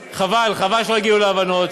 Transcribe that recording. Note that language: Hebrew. חבל, חבל שלא הגיעו להבנות.